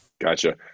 Gotcha